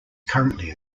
currently